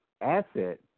asset